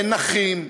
אין נכים,